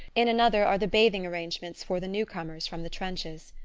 in another are the bathing arrangements for the newcomers from the trenches.